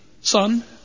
son